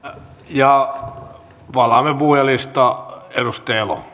ja palaamme puhujalistaan arvoisa